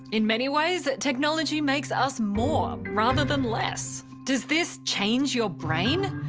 in many ways, technology makes us more rather than less. does this change your brain?